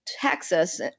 texas